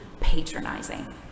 patronizing